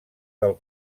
del